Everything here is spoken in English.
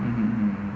mmhmm